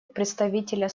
представителя